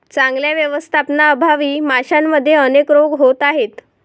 चांगल्या व्यवस्थापनाअभावी माशांमध्ये अनेक रोग होत आहेत